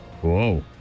Whoa